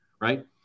right